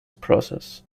process